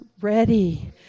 ready